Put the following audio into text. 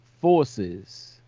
forces